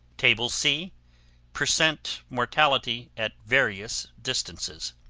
table c per-cent mortality at various distances